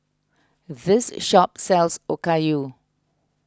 this shop sells Okayu